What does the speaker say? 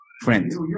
friends